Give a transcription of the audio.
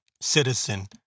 citizen